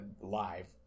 live